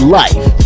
life